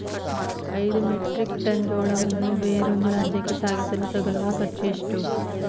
ಐದು metric tonne ಜೋಳವನ್ನು ಬೇರೊಂದು ರಾಜ್ಯಕ್ಕೆ ಸಾಗಿಸಲು ತಗಲುವ ಖರ್ಚು ಎಷ್ಟು?